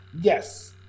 Yes